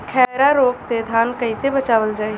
खैरा रोग से धान कईसे बचावल जाई?